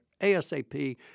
ASAP